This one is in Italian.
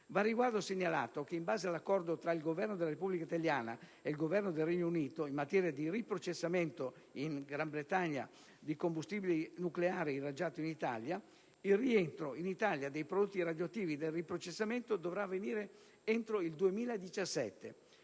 al riguardo segnalato che in base all'accordo tra il Governo della Repubblica italiana e il Governo del Regno Unito in materia di riprocessamento (in Gran Bretagna) di combustibile nucleare irraggiato in Italia, il rientro nel nostro Paese dei prodotti radioattivi del riprocessamento dovrà avvenire entro il 2017.